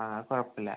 ആ അത് കുഴപ്പമില്ല